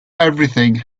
everything